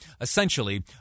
essentially